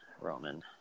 Roman